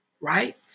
Right